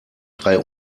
drei